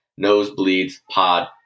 NosebleedsPod